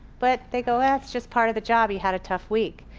but they go, ahh that's just part of the job, he had a tough week,